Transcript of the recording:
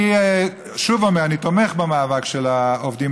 אני שוב אומר: אני תומך במאבק של העובדים